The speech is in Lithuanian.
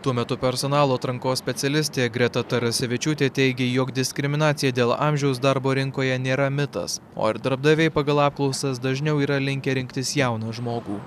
tuo metu personalo atrankos specialistė greta tarasevičiūtė teigė jog diskriminacija dėl amžiaus darbo rinkoje nėra mitas o ir darbdaviai pagal apklausas dažniau yra linkę rinktis jauną žmogų